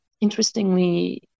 interestingly